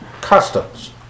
customs